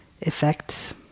effects